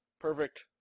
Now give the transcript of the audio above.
Perfect